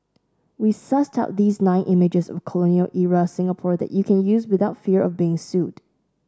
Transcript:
we sussed out these nine images of colonial era Singapore that you can use without fear of being sued